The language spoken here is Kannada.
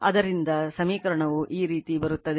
ಆದ್ದರಿಂದ ಸಮೀಕರಣವು ಈ ರೀತಿ ಇರುತ್ತದೆ